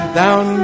down